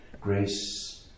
grace